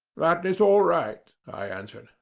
that is all right, i answered.